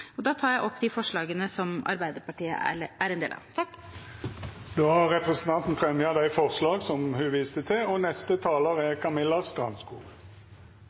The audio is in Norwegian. Da tar jeg opp de forslagene som Arbeiderpartiet er en del av. Representanten Tuva Moflag har teke opp dei forslaga ho refererte til. Muskel- og skjelettlidelser er